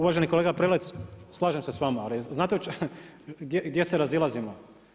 Uvaženi kolega Prelec, slažem se s vama, ali znate gdje se razilazimo?